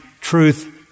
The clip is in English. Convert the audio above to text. truth